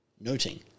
noting